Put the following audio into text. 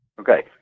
Okay